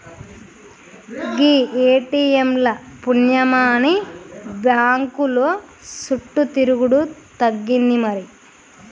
గీ ATM ల పుణ్యమాని బాంకుల సుట్టు తిరుగుడు తగ్గింది మరి